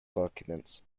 documents